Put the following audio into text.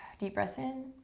deep breath in.